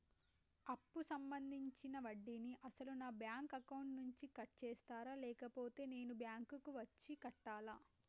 అప్పు సంబంధించిన వడ్డీని అసలు నా బ్యాంక్ అకౌంట్ నుంచి కట్ చేస్తారా లేకపోతే నేను బ్యాంకు వచ్చి కట్టాలా?